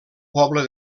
poble